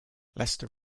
leicester